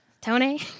Tony